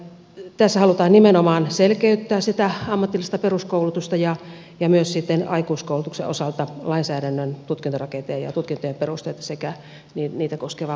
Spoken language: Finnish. tässä halutaan nimenomaan selkeyttää ammatillista peruskoulutusta ja myös aikuiskoulutuksen osalta lainsäädännön tutkintorakenteen ja tutkintojen perusteita sekä niitä koskevaa muuta säätelyä